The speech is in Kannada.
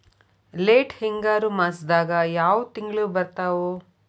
ಲೇಟ್ ಹಿಂಗಾರು ಮಾಸದಾಗ ಯಾವ್ ತಿಂಗ್ಳು ಬರ್ತಾವು?